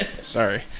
sorry